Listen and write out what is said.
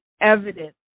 evidence